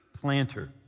planter